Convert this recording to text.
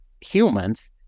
humans